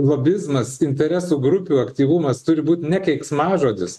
lobizmas interesų grupių aktyvumas turi būt ne keiksmažodis